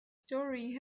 story